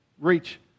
reach